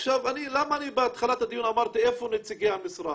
למה אני בהתחלת הדיון אמרתי, איפה נציגי המשרד?